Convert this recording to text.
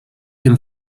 dem